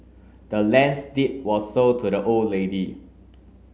the land's deed was sold to the old lady